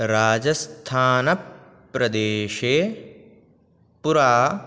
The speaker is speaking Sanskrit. राजस्थानप्रदेशे पुरा